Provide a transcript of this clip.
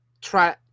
Try